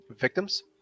victims